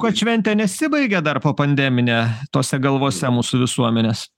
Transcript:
kad šventė nesibaigė dar po pandeminė tose galvose mūsų visuomenės